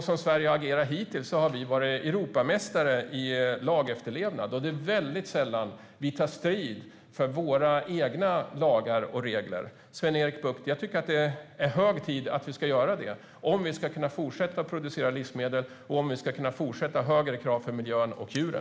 Som Sverige har agerat hittills har vi varit Europamästare i lagefterlevnad, och det är väldigt sällan vi tar strid för våra egna lagar och regler. Jag tycker att det är hög tid att göra det, Sven-Erik Bucht, om vi ska kunna fortsätta att producera livsmedel och ha högre krav för miljön och djuren.